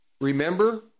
Remember